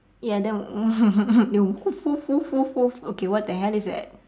ya then woof woof woof woof woof okay what the hell is that